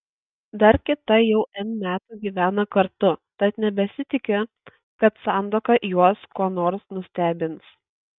dar kita jau n metų gyvena kartu tad nebesitiki kad santuoka juos kuo nors nustebins